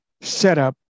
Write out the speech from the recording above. setup